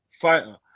fighter